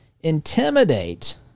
intimidate